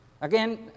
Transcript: Again